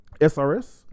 SRS